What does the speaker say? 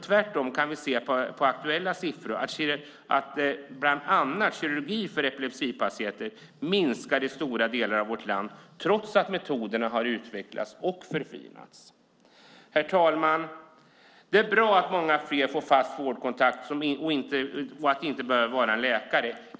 Tvärtom kan vi på aktuella siffror se att bland annat kirurgi för epilepsipatienter minskade i stora delar av vårt land, trots att metoderna har utvecklats och förfinats. Herr talman! Det är bra att många fler får en fast vårdkontakt och att det inte behöver vara en läkare.